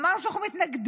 אמרנו שאנחנו מתנגדים,